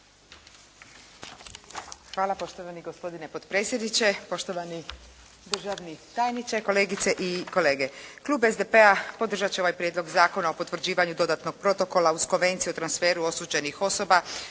Hvala poštovani gospodine potpredsjedniče. Poštovani državni tajniče, kolegice i kolege. Klub SDP-a podržati će ovaj Prijedlog Zakona o potvrđivanju Dodatnog protokola uz Konvenciju o transferu osuđenih osoba,